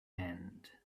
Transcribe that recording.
end